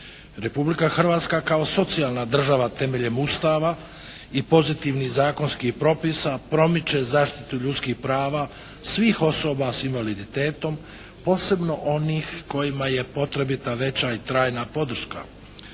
Republika Hrvatska kao socijalna država temeljem Ustava i pozitivnih zakonskih propisa promiče zaštitu ljudskih prava svih osoba s invaliditetom posebno onih kojima je potrebita veća i trajna podrška.